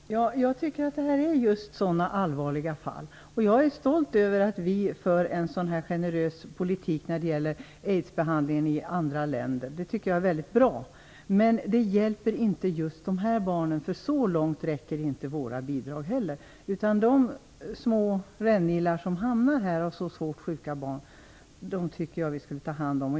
Fru talman! Jag tycker att detta är just sådana allvarliga fall. Jag är stolt över att vi för en så generös politik när det gäller aidsbehandlingen i andra länder. Det tycker jag är bra. Men det hjälper inte just dessa barn. Så långt räcker inte våra bidrag heller. De små rännilar som hamnar här, dessa svårt sjuka barn, tycker jag att vi skulle ta hand om.